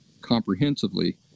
comprehensively